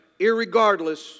irregardless